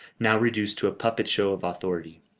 now reduced to a puppet-show of authority.